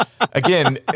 again